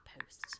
posts